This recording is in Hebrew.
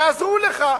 יעזרו לך,